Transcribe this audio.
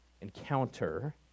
encounter